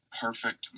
perfect